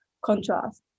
contrast